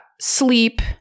sleep